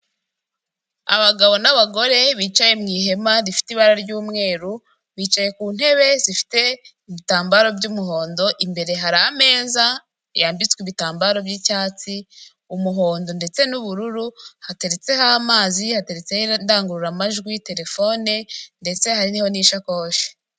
Abagabo n'abagore bicaye mu ihema rifite ibara ry'umweru, bicaye ku ntebe zifite ibitambaro by'umuhondo, imbere hari ameza yambitswe ibitambaro by'icyatsi, umuhondo, ndetse n'ubururu, hateretseho amazi, hateretseho indangururamajwi, telefone, ndetse hariho n'ishakoshi.